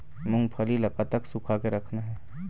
मूंगफली ला कतक सूखा के रखना हे?